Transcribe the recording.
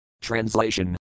Translation